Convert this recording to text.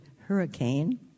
hurricane